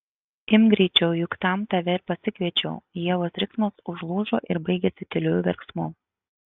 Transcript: imk greičiau juk tam tave ir pasikviečiau ievos riksmas užlūžo ir baigėsi tyliu verksmu